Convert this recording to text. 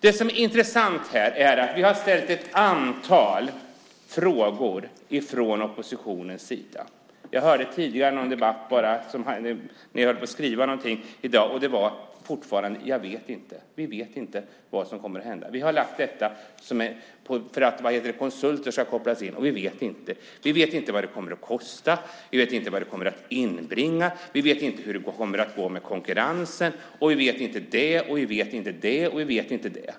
Vi har från oppositionens sida ställt ett antal frågor. Jag lyssnade på en debatt tidigare och ni sade fortfarande "vi vet inte". Vi vet inte vad som kommer att hända. Vi ska koppla in konsulter. Vi vet inte vad det kommer att kosta, vi vet inte vad det kommer att inbringa, vi vet inte hur det kommer att gå med konkurrensen och vi vet inte det och vi vet inte det och vi vet inte det.